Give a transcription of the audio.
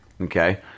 okay